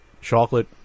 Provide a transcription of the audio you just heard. chocolate